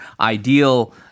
ideal